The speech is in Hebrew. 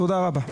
תודה רבה.